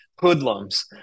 hoodlums